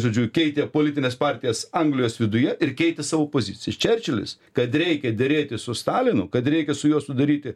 žodžiu keitė politines partijas anglijos viduje ir keitė savo pozicijas čerčilis kad reikia derėtis su stalinu kad reikia su juo sudaryti